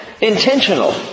intentional